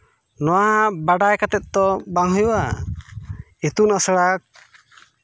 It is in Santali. ᱱᱚᱣᱟ ᱵᱟᱰᱟᱭ ᱠᱟᱛᱮᱫ ᱛᱚ ᱵᱟᱝ ᱦᱩᱭᱩᱜᱼᱟ ᱤᱛᱩᱱ ᱟᱥᱲᱟ